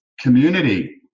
community